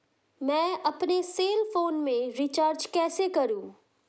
मैं अपने cell phone में रिचार्ज कैसे करूँ?